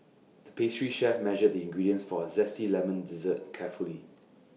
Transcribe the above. the pastry chef measured the ingredients for A Zesty Lemon Dessert carefully